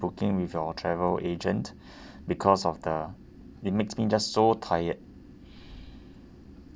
booking with your travel agent because of the it makes me just so tired